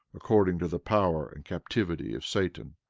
according to the power and captivity of satan,